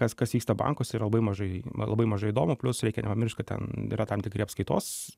kas kas vyksta bankuose yra labai mažai man labai mažai įdomu plius dar reikia nepamiršt kad ten yra tam tikri apskaitos